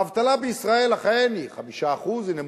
האבטלה בישראל אכן היא 5%, היא נמוכה,